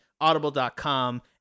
audible.com